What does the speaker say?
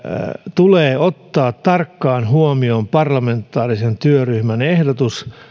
tulee ottaa tarkkaan huomioon parlamentaarisen työryhmän ehdotus